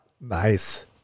Nice